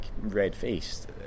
red-faced